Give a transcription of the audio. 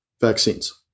vaccines